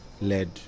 led